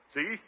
See